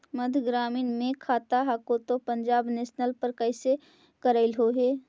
मध्य ग्रामीण मे खाता हको तौ पंजाब नेशनल पर कैसे करैलहो हे?